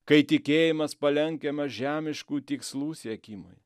kai tikėjimas palenkiamas žemiškų tikslų siekimui